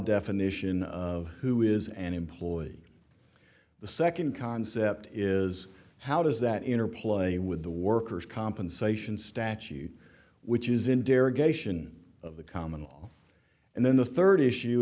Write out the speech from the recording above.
definition of who is an employee the second concept is how does that interplay with the worker's compensation statute which is in derogation of the common law and then the third issue